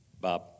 Bob